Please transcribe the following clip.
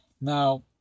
Now